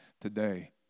today